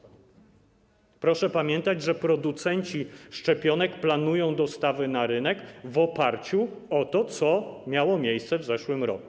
Proszę pamiętać, że producenci szczepionek planują dostawy na rynek w oparciu o to, co miało miejsce w zeszłym roku.